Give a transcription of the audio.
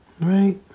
Right